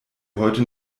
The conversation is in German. heute